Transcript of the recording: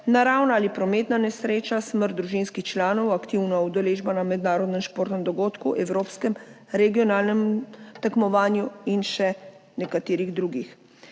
naravna ali prometna nesreča, smrt družinskih članov, aktivna udeležba na mednarodnem športnem dogodku, evropskem, regionalnem tekmovanju in še nekaterih drugih.